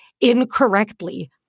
incorrectly